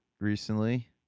recently